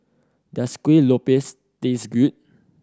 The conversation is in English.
does Kuih Lopes taste good